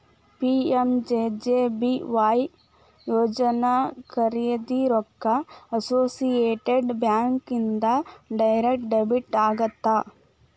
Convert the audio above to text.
PMJJBY ಯೋಜನಾ ಖರೇದಿ ರೊಕ್ಕ ಅಸೋಸಿಯೇಟೆಡ್ ಬ್ಯಾಂಕ್ ಇಂದ ಡೈರೆಕ್ಟ್ ಡೆಬಿಟ್ ಆಗತ್ತ